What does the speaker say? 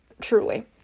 truly